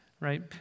right